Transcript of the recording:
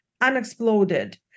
unexploded